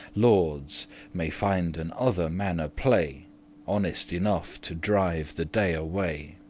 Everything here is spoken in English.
lordes may finden other manner play honest enough to drive the day away.